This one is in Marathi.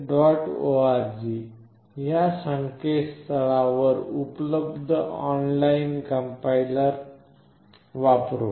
org या संकेतस्थळावर उपलब्ध ऑनलाइन कंपाईलर वापरू